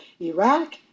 Iraq